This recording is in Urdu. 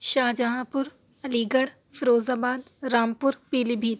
شاہجہاں پور علی گڑھ فیروز آباد رامپور پیلی بھیت